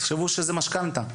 תחשבו שזה משכנתא,